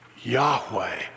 Yahweh